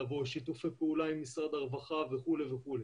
שיתופי פעולה עם משרד הרווחה וכו' וכו'.